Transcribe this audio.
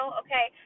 okay